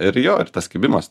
ir jo ir tas kibimas